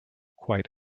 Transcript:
quite